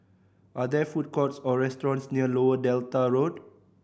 are there food courts or restaurants near Lower Delta Road